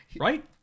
right